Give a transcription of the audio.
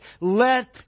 Let